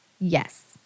yes